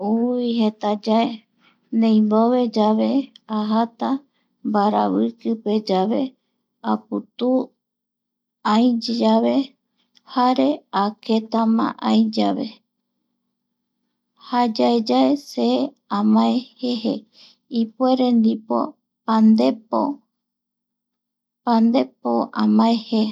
Uuui jeta yae ndeimbove yave, ajata mbaraviki pe yave, aputuu. ai yave, jare aketa ma ai yave jayae yae se amae jeje ipuere ndipo pandepo. Pandepo amae jeje